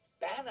Banner